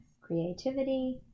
creativity